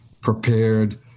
prepared